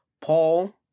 Paul